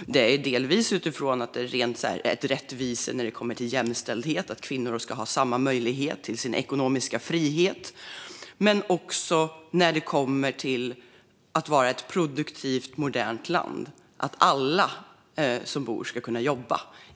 Det handlar delvis om rättvisa och jämställdhet. Kvinnor ska ha samma möjlighet till ekonomisk frihet som män. Det handlar också om att vara ett produktivt, modernt land där alla ska kunna jobba.